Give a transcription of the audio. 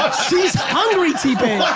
she's hungry t-pain.